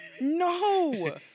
No